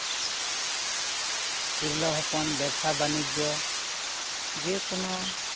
ᱛᱩᱨᱞᱟᱹ ᱦᱚᱯᱚᱱ ᱵᱮᱵᱥᱟ ᱵᱟᱱᱤᱡᱡᱚ ᱡᱮᱠᱳᱱᱳ